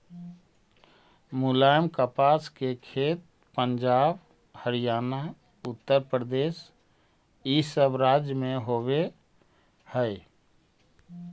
मुलायम कपास के खेत पंजाब, हरियाणा, उत्तरप्रदेश इ सब राज्य में होवे हई